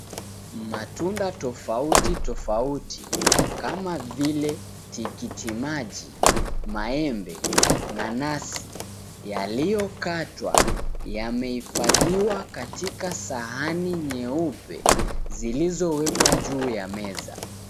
Matunda tofauti tofauti kama vile tikiti maji, maembe, nanasi yaliyokatwa yamehifadhiwa katika sahani nyeupe, zilizowekwa juu ya meza.